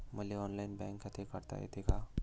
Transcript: मले online bank खाते काढता येते का?